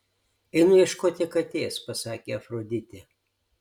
einu ieškoti katės pasakė afroditė